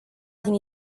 din